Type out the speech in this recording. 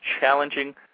challenging